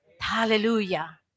Hallelujah